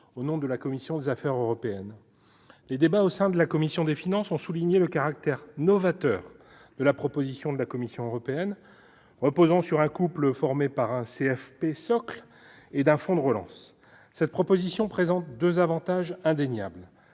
au nom de la commission des affaires européennes. Les débats au sein de la commission des finances ont souligné le caractère novateur de la proposition de la Commission européenne. Cette proposition, qui repose sur un couple formé par un CFP socle et un fonds de relance, présente deux avantages indéniables.